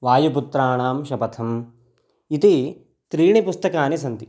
वायुपुत्राणां शपथम् इति त्रीणि पुस्तकानि सन्ति